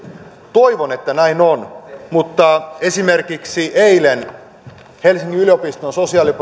toivon että näin on mutta esimerkiksi eilen helsingin yliopiston